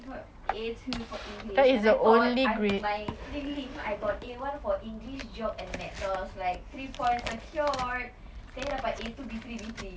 I got A two for english and I thought I my prelim I got A one for english geo and maths so I was like three points secured sekali dapat A two B three B three